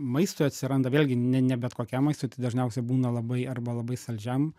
maistui atsiranda vėlgi ne ne bet kokiam maistui tai dažniausiai būna labai arba labai saldžiam